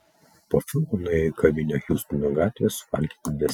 po filmo nuėjo į kavinę hjustono gatvėje suvalgyti deserto